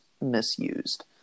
misused